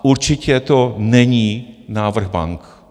Určitě to není návrh bank.